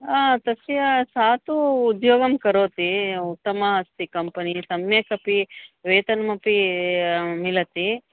तस्य सा तु उद्योगं करोति उत्तमा अस्ति कम्पनी सम्यगपि वेतनमपि मिलति